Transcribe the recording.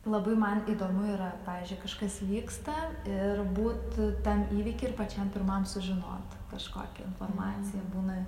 labai man įdomu yra pavyzdžiui kažkas vyksta ir būt tam įvyky ir pačiam pirmam sužinot kažkokia informacija būna